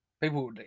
People